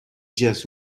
just